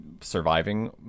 surviving